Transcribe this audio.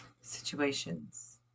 situations